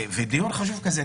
דיון חשוב כזה,